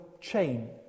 chain